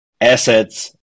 Assets